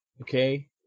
Okay